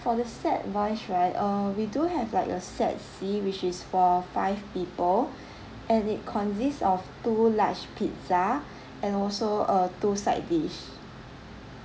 for the set wise right uh we do have like a set C which is for five people and it consist of two large pizza and also uh two side dish